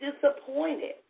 disappointed